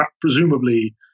presumably